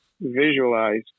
visualize